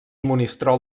monistrol